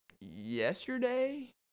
yesterday